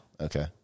Okay